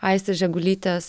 aistės žegulytės